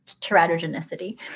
teratogenicity